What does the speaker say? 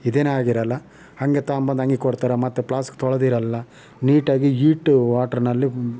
ಇದೇನಾಗಿರಲ್ಲ ಹಂಗೆ ತಗೊಂಬಂದು ಹಂಗೆ ಕೊಡ್ತಾರ ಮತ್ತು ಪ್ಲಾಸ್ಕ್ ತೊಳೆದಿರಲ್ಲ ನೀಟಾಗಿ ಈಟು ವಾಟ್ರ್ನಲ್ಲಿ